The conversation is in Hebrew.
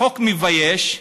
חוק מבייש.